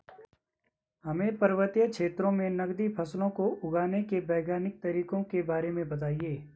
हमें पर्वतीय क्षेत्रों में नगदी फसलों को उगाने के वैज्ञानिक तरीकों के बारे में बताइये?